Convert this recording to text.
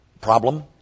problem